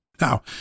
Now